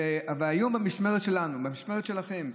והיום במשמרת שלנו, במשמרת שלכם,